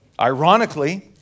Ironically